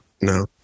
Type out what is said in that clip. No